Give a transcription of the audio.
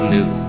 New